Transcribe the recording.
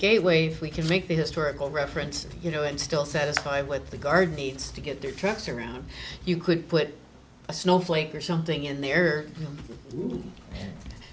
gateway we can make the historical reference you know and still satisfied with the guard needs to get their trucks around you could put a snowflake or something in there